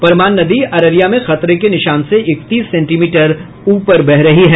परमान नदी अररिया में खतरे के निशान से इकतीस सेंटीमीटर ऊपर बह रही है